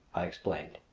i explained.